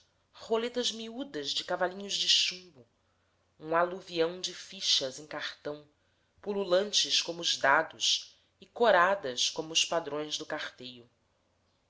roletas miúdas de cavalinhos de chumbo uma aluvião de fichas em cartão pululantes como os dados e coradas como os padrões do carteiro